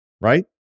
right